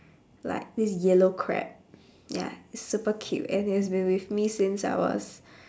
like this yellow crab ya it's super cute and it's been with me since I was